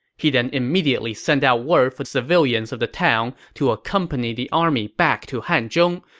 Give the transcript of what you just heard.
he then immediately sent out word for the civilians of the town to accompany the army back to hanzhong,